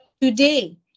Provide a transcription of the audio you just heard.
today